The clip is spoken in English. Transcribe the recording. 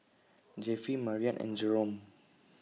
Jeffie Marian and Jerome